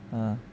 ah